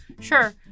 Sure